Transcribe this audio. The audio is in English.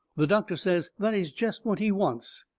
the doctor says that is jest what he wants,